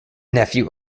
nephew